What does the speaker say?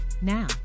Now